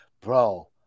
bro